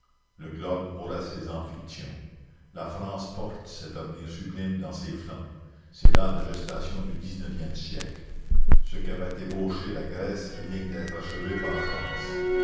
le globe aura ses amphictyons la france porte cet avenir sublime dans ses flancs c'est là la gestation du dix-neuvième siècle ce qu'avait ébauché la grèce est digne d'être achevé par la france